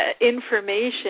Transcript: information